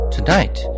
Tonight